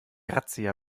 razzia